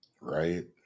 Right